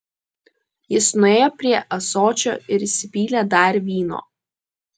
jis nuėjo prie ąsočio ir įsipylė dar vyno